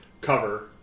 cover